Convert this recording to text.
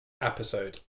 episode